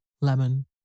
lemon